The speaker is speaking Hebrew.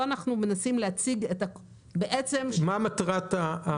מה מטרת הניסוי?